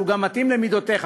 שהוא גם מתאים למידותיך,